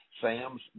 Sam's